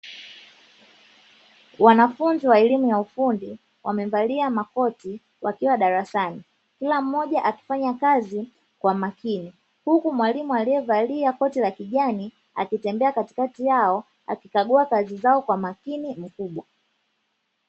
Wanafunzi wa elimu ya ufundi, wamevalia makoti wakiwa darasani kila mmoja akifanya kazi kwa makini, huku Mwalimu aliyevalia koti la kijani akitembea katikati yao akikagua kazi zao kwa umakini mkubwa.